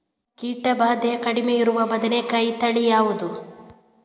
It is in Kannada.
ಕೀಟ ಭಾದೆ ಕಡಿಮೆ ಇರುವ ಬದನೆಕಾಯಿ ತಳಿ ಯಾವುದು?